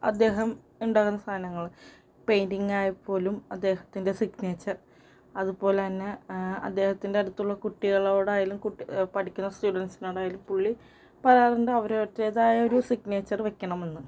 അദ്ദേഹം ഉണ്ടാക്കുന്ന സാധനങ്ങൾ പെയിൻറിങ്ങായാൽ പോലും അദ്ദേഹത്തിൻ്റെ സിഗ്നേച്ചർ അതുപോലെതന്നെ അദ്ദേഹത്തിൻ്റെ അടുത്തുള്ള കുട്ടികളോടായാലും പഠിക്കുന്ന സ്റ്റുഡൻസിനോടായാലും പുള്ളി പറയാറുണ്ട് അവരവരുടേതായ ഒരു സിഗ്നേച്ചർ വെക്കണമെന്ന്